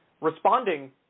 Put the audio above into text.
responding